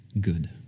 good